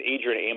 Adrian